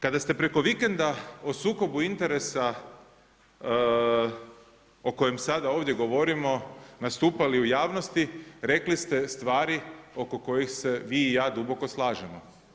Kada ste preko vikenda o sukobu interesa o kojem sada ovdje govorimo nastupali u javnosti, rekli ste stvari oko kojih se vi i ja duboko slažemo.